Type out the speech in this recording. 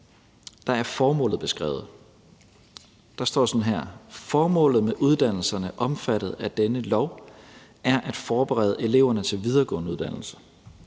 er formålet beskrevet. Der står sådan her: »Formålet med uddannelserne omfattet af denne lov er at forberede eleverne til videregående uddannelse,